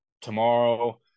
tomorrow